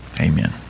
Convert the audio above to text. Amen